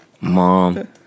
Mom